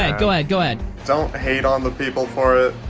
ahead, go ahead, go ahead. don't hate on the people for it.